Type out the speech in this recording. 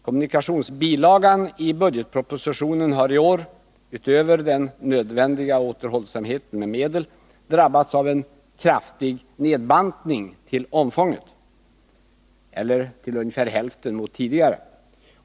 Kommunikationsbilagan i budgetpropositionen hari år, utöver den nödvändiga återhållsamheten med medel, drabbats av en kraftig nedbantning till omfånget — eller till ungefär hälften mot tidigare.